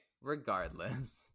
regardless